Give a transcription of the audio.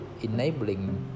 enabling